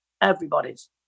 Everybody's